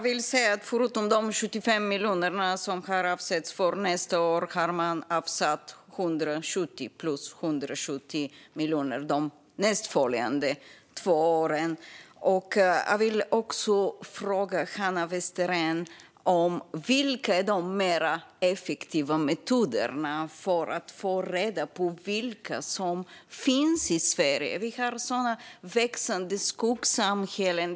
Fru talman! Förutom de 75 miljoner som har avsatts för nästa år har det avsatts 170 plus 170 miljoner för de nästföljande två åren. Jag vill även fråga Hanna Westerén om vilka metoder som är mer effektiva än folkräkning för att få reda på vilka som finns i Sverige. Vi har växande skuggsamhällen.